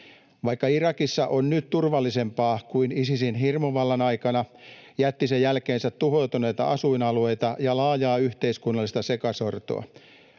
Vaikka Irakissa on nyt turvallisempaa kuin Isisin hirmuvallan aikana, jätti se jälkeensä tuhoutuneita asuinalueita ja laajaa yhteiskunnallista sekasortoa.